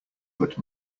but